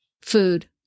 food